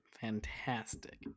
fantastic